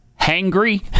hangry